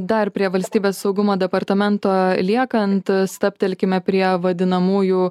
dar prie valstybės saugumo departamento liekant stabtelkime prie vadinamųjų